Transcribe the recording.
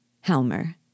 Helmer